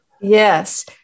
Yes